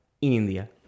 India